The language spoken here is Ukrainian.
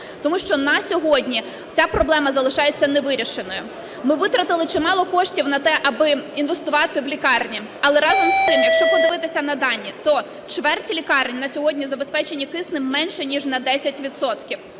тому що на сьогодні ця проблема залишається невирішеною. Ми витратили чимало коштів на те, аби інвестувати в лікарні, але, разом з тим, якщо подивитися а дані, то чверть лікарень на сьогодні забезпечені киснем менше ніж на 10